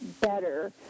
better